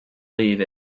leave